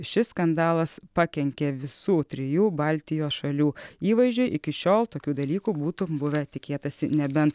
šis skandalas pakenkė visų trijų baltijos šalių įvaizdžiui iki šiol tokių dalykų būtų buvę tikėtasi nebent